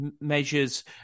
measures